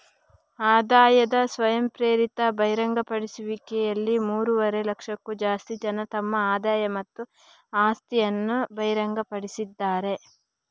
ಆದಾಯದ ಸ್ವಯಂಪ್ರೇರಿತ ಬಹಿರಂಗಪಡಿಸುವಿಕೆಯಲ್ಲಿ ಮೂರುವರೆ ಲಕ್ಷಕ್ಕೂ ಜಾಸ್ತಿ ಜನ ತಮ್ಮ ಆದಾಯ ಮತ್ತು ಆಸ್ತಿಯನ್ನ ಬಹಿರಂಗಪಡಿಸಿದ್ದಾರೆ